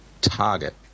target